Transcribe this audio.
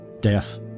death